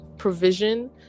provision